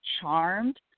Charmed